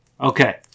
okay